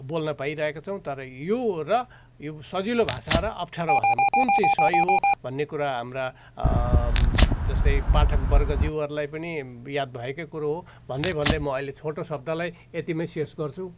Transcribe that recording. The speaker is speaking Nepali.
बोल्न पाइरहेका छौँ तर यो र यो सजिलो भाषा र अप्ठ्यारो भाषामा कुन चाहिँ सही हो भन्ने कुरा हाम्रा जस्तै पाठकवर्गज्यूहरूलाई पनि याद भएकै कुरो हो भन्दै भन्दै म अहिले छोटो शब्दलाई यतिमै शेष गर्छु